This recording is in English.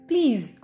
Please